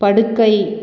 படுக்கை